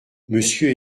monsieur